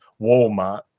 Walmart